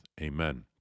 Amen